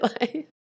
life